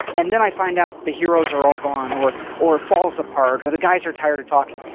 and then i find out the heroes are all gone. or or it falls apart. or the guys are tired of talking.